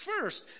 First